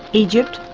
egypt,